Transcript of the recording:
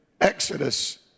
Exodus